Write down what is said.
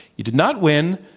you did not win,